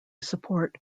support